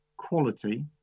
quality